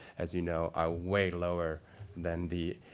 as you know, are way lower than the